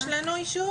הישיבה ננעלה בשעה